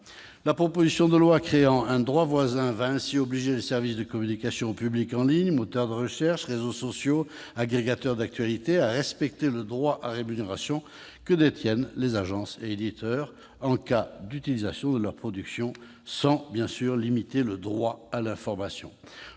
La proposition de loi créant un droit voisin va ainsi obliger les « services de communication au public en ligne »- moteurs de recherche, réseaux sociaux, agrégateurs d'actualités -à respecter le droit à rémunération que détiennent les agences et éditeurs de presse en cas d'utilisation de leurs productions, sans limiter le droit à l'information.